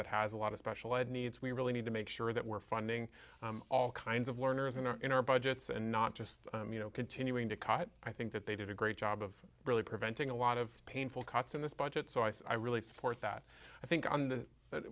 that has a lot of special ed needs we really need to make sure that we're funding all kinds of learners in our in our budgets and not just you know continuing to cut i think that they did a great job of really preventing a lot of painful cuts in this budget so i really support that i think on th